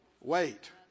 Wait